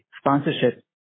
sponsorship